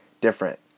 different